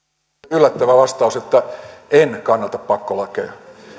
yllättävä vastaus että en kannata pakkolakeja